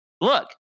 Look